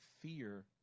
fear